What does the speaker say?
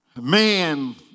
Man